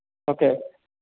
okay